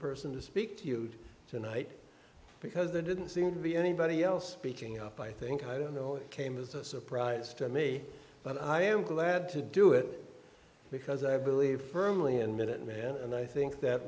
person to speak to you tonight because there didn't seem to be anybody else beating up i think i don't know came as a surprise to me but i am glad to do it because i believe firmly in minot and i think that